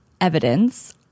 evidence